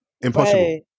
impossible